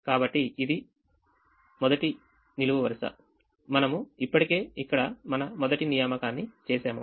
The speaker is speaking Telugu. కాబట్టి ఇది మొదటిఇది నిలువు వరస కాబట్టిమనము ఇప్పటికే ఇక్కడ మన మొదటి నియామకాన్ని చేసాము